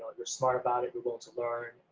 but you're smart about it, you're going to learn,